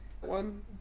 one